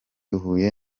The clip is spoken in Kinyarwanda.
huye